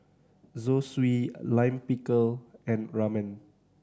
Zosui Lime Pickle and Ramen